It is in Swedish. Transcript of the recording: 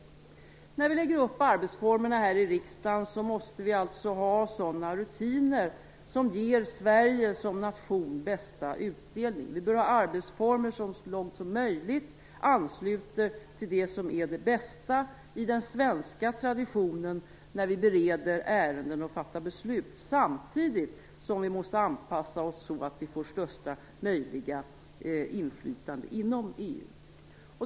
När vi lägger upp arbetsformerna här i riksdagen måste vi alltså ha sådana rutiner som ger Sverige som nation bästa utdelning. Vi bör ha arbetsformer som så långt som möjligt ansluter till det som är det bästa i den svenska traditionen när vi bereder ärenden och fattar beslut, samtidigt som vi måste anpassa oss så att vi får största möjliga inflytande inom EU.